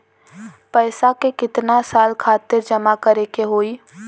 पैसा के कितना साल खातिर जमा करे के होइ?